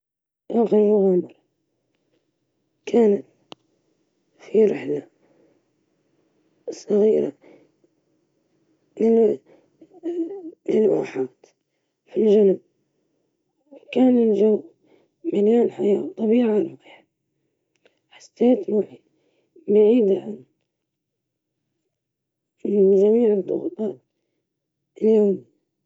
أحدث مغامرة كانت رحلة جبلية مع الأصدقاء، كانت ممتعة لأنها أضافت لمسة جديدة للحياة اليومية وجعلتني أشعر بالحرية والاستكشاف.